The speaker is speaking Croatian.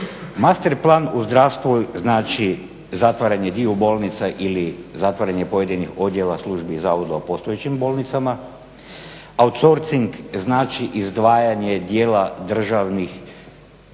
Master plan u zdravstvu znači zatvaranje dio bolnica ili zatvaranje pojedinih odjela službi i zavoda u postojećim bolnicama, outcourcing znači izdvajanje dijela državnih, neću